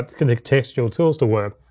contextual tools to work.